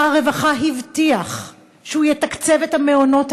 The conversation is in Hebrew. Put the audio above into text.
שר הרווחה הבטיח שהוא יתקצב את המעונות